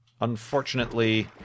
unfortunately